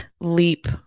leap